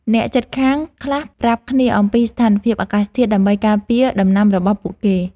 អ្នកជិតខាងខ្លះប្រាប់គ្នាអំពីស្ថានភាពអាកាសធាតុដើម្បីការពារដំណាំរបស់ពួកគេ។